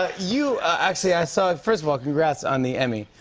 ah you actually, i saw first of all, congrats on the emmy.